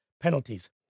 penalties